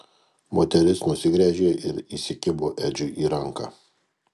moteris nusigręžė ir įsikibo edžiui į ranką